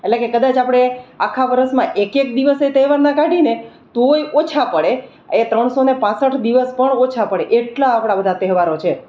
એટલે કે કદાચ આપણે આખા વર્ષમાં એક એક દિવસે તહેવારના કાઢીએ ને તોય ઓછા પડે એ ત્રણસો ને પાંસઠ દિવસ પણ ઓછા પડે એટલા આપણાં બધા તહેવારો છે